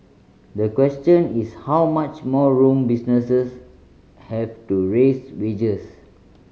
the question is how much more room businesses have to raise wages